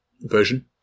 version